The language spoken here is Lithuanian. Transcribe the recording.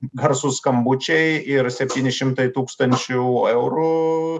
garsus skambučiai ir septyni šimtai tūkstančių eurų